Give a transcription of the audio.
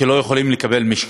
שלא יכולים לקבל משכנתה.